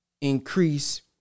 increase